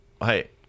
hey